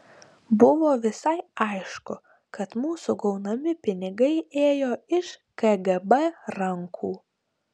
buvo visai aišku kad mūsų gaunami pinigai ėjo iš kgb rankų